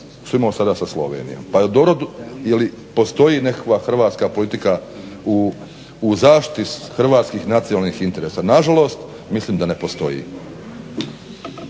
sada imamo sa Slovenijom. Pa dobro je li postoji nekakva hrvatska politika u zaštiti hrvatskih nacionalnih interesa. Na žalost mislim da ne postoji.